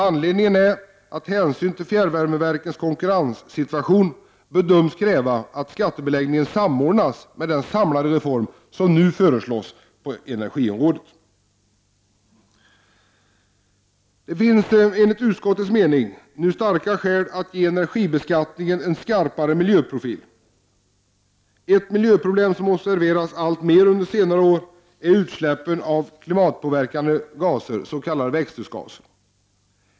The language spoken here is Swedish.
Anledningen är att hänsyn till fjärrvärmeverkens konkurrenssituation har bedömts kräva att skattebeläggningen samordnas med den samlade reform som nu föreslås på energiområdet. Det finns enligt utskottets mening starka skäl att nu ge energibeskattningen en skarpare miljöprofil. Ett miljöproblem som observerats alltmer under senare år är utsläppen av klimatpåverkande gaser, s.k. växthusgaser.